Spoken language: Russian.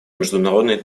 международной